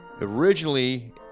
Originally